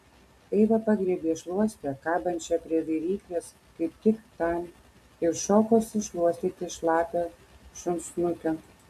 eiva pagriebė šluostę kabančią prie viryklės kaip tik tam ir šokosi šluostyti šlapio šuns snukio